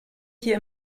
hier